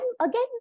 again